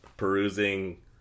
Perusing